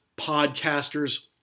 podcasters